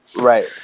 right